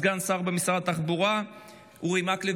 סגן השרה במשרד התחבורה אורי מקלב,